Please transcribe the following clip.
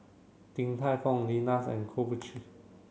Din Tai Fung Lenas and Krombacher